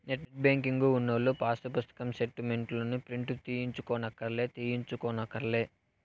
net banking ఉన్నోల్లు pass పుస్తకం స్టేటు మెంట్లుని ప్రింటు తీయించుకోనక్కర్లే